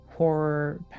horror